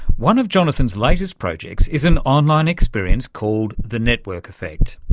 one of jonathan's latest projects is an online experience called the network effect.